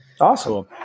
Awesome